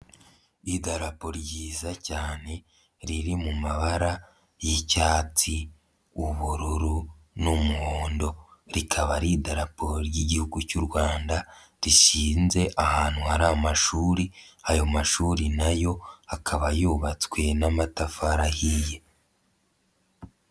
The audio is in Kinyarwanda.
Idarabo ryiza cyane riri mu mabara y'icyatsi, ubururu n'umuhondo, rikaba ari idarapo ry'Igihugu cy' Rwanda rishinze ahantu hari amashuri, ayo mashuri nayo akaba yubatswe n'amatafari ahiye.